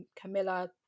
Camilla